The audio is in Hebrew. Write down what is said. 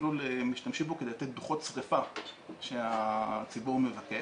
במסלול כדי לתת דוחות שריפה שהציבור מבקש,